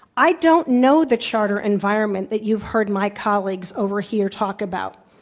i don't know the charter environment that you've heard my colleagues over here talk about.